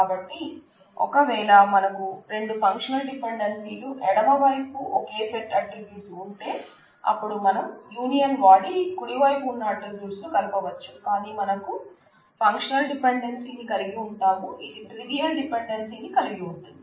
కాబట్టి ఒకవేళ మనకు రెండు ఫంక్షనల్ డిపెండెన్సీ లు ఎడమ వైపు ఒకే సెట్ ఆట్రిబ్యూట్స్ ఉంటే అపుడు మనం యూనియన్ వాడి కుడీవైపు ఉన్న ఆట్రిబ్యూట్స్ ను కలపవచ్చు కాని మనకు ఫంక్షనల్ డిపెండెన్సీ ని కలిగి ఉంటాం ఇది ట్రివియల్ డిపెండెన్సిని కలిగి ఉంటుంది